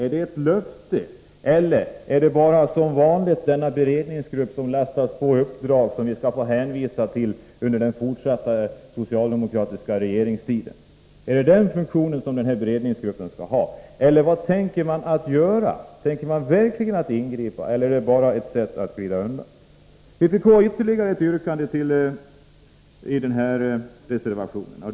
Är det ett löfte, eller skall — som vanligt — beredningsgruppen lastas på ytterligare ett uppdrag, så att ni kan hänvisa till den under den fortsatta socialdemokratiska regeringstiden? Är det den funktionen som denna beredningsgrupp skall ha, eller vad tänker man göra? Tänker man verkligen ingripa, eller är detta bara ett sätt att glida undan? Vpk har ytterligare ett yrkande i reservationen 2.